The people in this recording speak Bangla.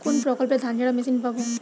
কোনপ্রকল্পে ধানঝাড়া মেশিন পাব?